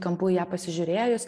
kampu į ją pasižiūrėjus